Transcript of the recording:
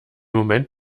moment